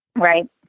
Right